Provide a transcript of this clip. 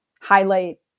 highlight